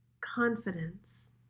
confidence